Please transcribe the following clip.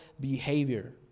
behavior